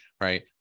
right